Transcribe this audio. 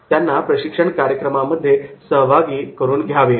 त्यांना प्रशिक्षण कार्यक्रमामध्ये समाविष्ट करून घ्यावे